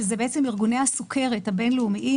שהם ארגוני הסוכרת הבין-לאומיים,